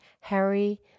Harry